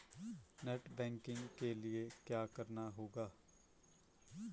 Net banking के लिए क्या करना होगा?